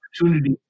opportunity